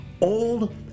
old